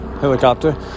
Helicopter